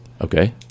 okay